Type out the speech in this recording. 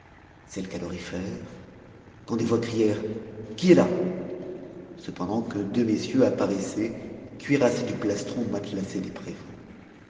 c'est le calorifère quand des voix crièrent qui est là cependant que deux messieurs apparaissaient cuirassés du plastron matelassé des prévôts